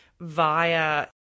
via